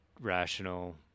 rational